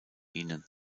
ihnen